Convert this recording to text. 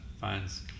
finds